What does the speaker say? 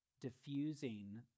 diffusing